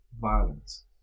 violence